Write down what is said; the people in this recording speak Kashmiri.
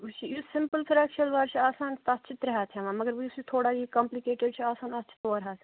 وُچھ یُس سِمپٕل فرٛاک شَلوار چھُ آسان تَتھ چھِ ترٛےٚ ہَتھ ہٮ۪وان مگر یُس یہِ تھوڑا یہِ کَمپلِکیٹِڈ چھُ آسان اَتھ چھِ ژور ہَتھ